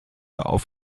auf